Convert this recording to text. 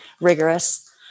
rigorous